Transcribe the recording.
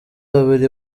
babiri